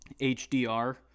HDR